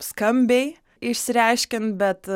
skambiai išsireiškėm bet